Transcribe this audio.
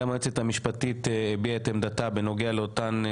גם היועצת המשפטית הביעה את עמדתה בנוגע לאותן,